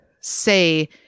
say